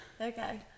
Okay